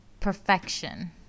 perfection